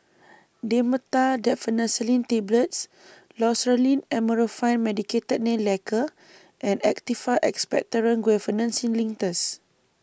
Dhamotil Diphenoxylate Tablets Loceryl Amorolfine Medicated Nail Lacquer and Actified Expectorant Guaiphenesin Linctus